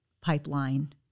pipeline